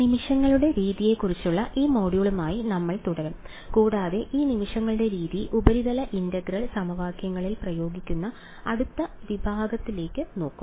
നിമിഷങ്ങളുടെ രീതിയെക്കുറിച്ചുള്ള ഈ മൊഡ്യൂളുമായി നമ്മൾ തുടരും കൂടാതെ ഈ നിമിഷങ്ങളുടെ രീതി ഉപരിതല ഇന്റഗ്രൽ സമവാക്യങ്ങളിൽ പ്രയോഗിക്കുന്ന അടുത്ത വിഭാഗത്തിലേക്ക് നോക്കും